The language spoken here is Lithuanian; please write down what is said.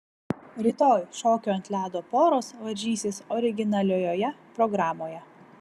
rytoj šokių ant ledo poros varžysis originaliojoje programoje